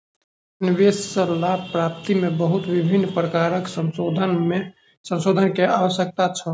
निवेश सॅ लाभ प्राप्ति में बहुत विभिन्न प्रकारक संशोधन के आवश्यकता छल